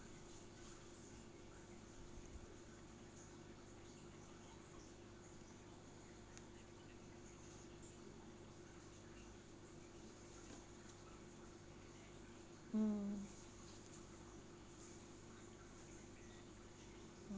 mm